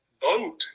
boat